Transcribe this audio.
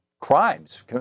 crimes